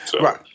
Right